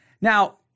Now